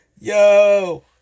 yo